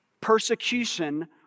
Persecution